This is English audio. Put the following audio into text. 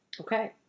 Okay